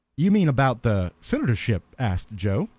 you mean about the senatorship? asked joe.